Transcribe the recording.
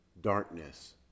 darkness